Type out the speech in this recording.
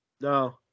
No